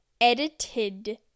Edited